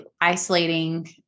isolating